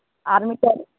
ᱟᱨ ᱢᱤᱫᱴᱮᱱ